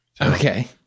okay